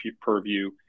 purview